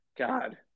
God